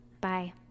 Bye